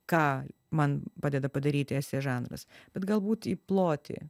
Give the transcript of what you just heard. ką man padeda padaryti esė žanras bet galbūt į plotį